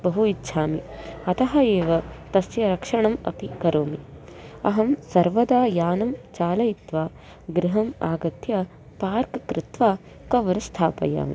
बहु इच्छामि अतः एव तस्य रक्षणम् अपि करोमि अहं सर्वदा यानं चालयित्वा गृहम् आगत्य पार्क् कृत्वा कवर् स्थापयामि